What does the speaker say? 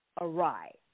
awry